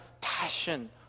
passion